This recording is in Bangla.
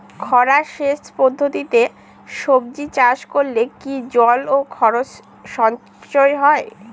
খরা সেচ পদ্ধতিতে সবজি চাষ করলে কি জল ও খরচ সাশ্রয় হয়?